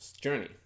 journey